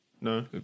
no